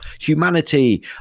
humanity